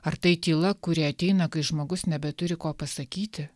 ar tai tyla kuri ateina kai žmogus nebeturi ko pasakyti